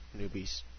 newbies